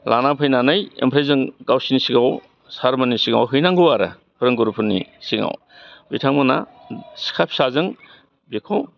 लाना फैनानै आमफ्राय जों गावसिनि सिगाङाव सार मोननि सिगाङाव हैनांगौ आरो फोरोंगुरुफोरनि सिगाङाव बिथांमोना सिखा फिसाजों बेखौ